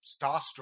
starstruck